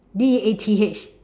D E A T H